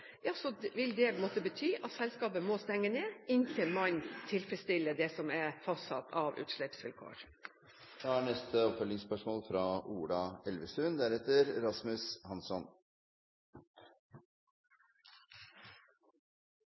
vil det måtte bety at selskapet må stenge ned inntil man tilfredsstiller det som er fastsatt av utslippsvilkår. Ola Elvestuen – til oppfølgingsspørsmål.